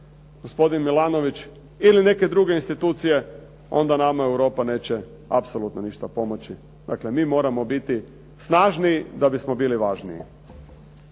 gospodin Milanović ili neke druge institucije, onda nama Europa neće ništa apsolutno pomoći. Dakle, mi moramo biti snažni da bismo bili važniji.